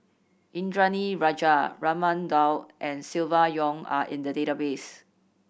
Indranee Rajah Raman Daud and Silvia Yong are in the database